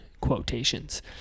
quotations